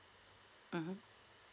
mm